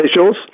officials